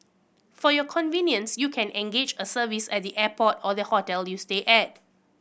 for your convenience you can engage a service at the airport or the hotel you stay at